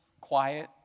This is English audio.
quiet